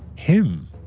him?